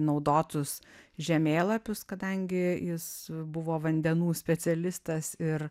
naudotus žemėlapius kadangi jis buvo vandenų specialistas ir